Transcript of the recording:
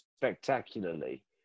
Spectacularly